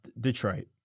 Detroit